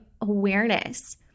awareness